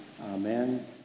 Amen